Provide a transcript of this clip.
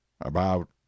About